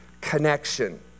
connection